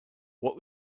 what